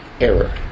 error